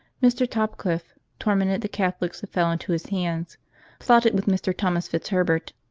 mr. topcliffe tormented the catholics that fell into his hands plotted with mr. thomas fitz herbert,